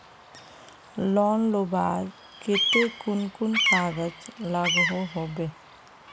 Loan लुबार केते कुन कुन कागज लागोहो होबे?